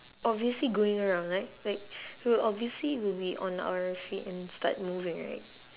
obviously going around like like we will obviously we'll be on our feet and start moving right